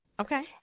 Okay